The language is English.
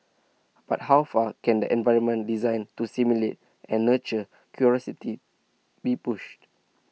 but how far can an environment designed to stimulate and nurture curiosity be pushed